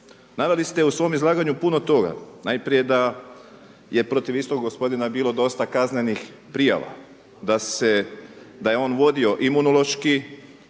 Naveli ste u svom izlaganju puno toga. Najprije da je protiv istog gospodina bilo dosta kaznenih prijava, da je on vodio Imunološki,